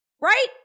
right